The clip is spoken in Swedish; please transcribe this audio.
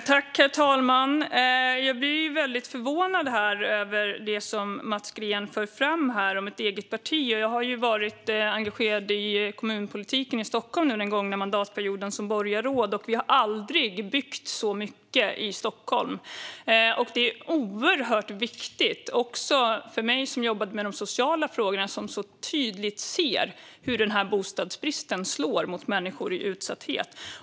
Herr talman! Jag blir förvånad över det Mats Green för fram om mitt parti. Jag har varit engagerad som borgarråd i kommunpolitiken i Stockholm den gångna mandatperioden, och vi har aldrig byggt så mycket i Stockholm. Detta var mycket viktigt för mig, eftersom jag jobbade med de sociala frågorna och tydligt såg hur bostadsbristen slår mot människor i utsatthet.